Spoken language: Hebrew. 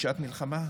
בשעת מלחמה?